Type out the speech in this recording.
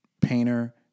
painter